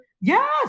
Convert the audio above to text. yes